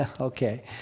okay